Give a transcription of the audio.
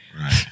Right